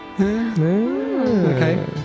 Okay